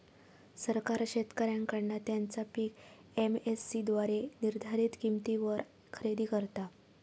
सरकार शेतकऱ्यांकडना त्यांचा पीक एम.एस.सी द्वारे निर्धारीत किंमतीवर खरेदी करता